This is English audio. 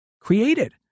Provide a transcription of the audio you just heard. created